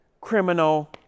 criminal